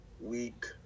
Week